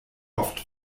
oft